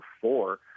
four